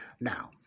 Now